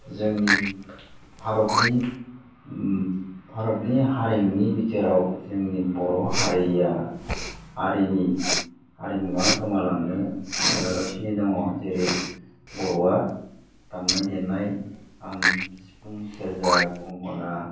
जोंनि भारतनि भारतनि हारिमुनि भिथोराव जोंनि बर' हारिनि हारिमुआ गोमालांनो नाजागासिनो दङ जेरै बर'आ दामनाय देनाय खाम सिफुं सेरजा गंगोना